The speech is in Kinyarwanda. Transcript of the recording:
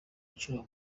inshuro